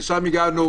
לשם הגענו.